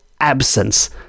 absence